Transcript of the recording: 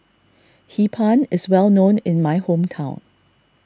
Hee Pan is well known in my hometown